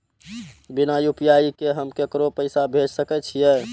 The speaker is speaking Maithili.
बिना यू.पी.आई के हम ककरो पैसा भेज सके छिए?